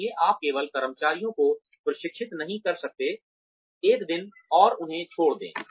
इसलिए आप केवल कर्मचारियों को प्रशिक्षित नहीं कर सकते एक दिन और उन्हें छोड़ दें